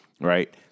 Right